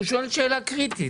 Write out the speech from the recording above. הוא שואל שאלה קריטית.